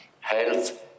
health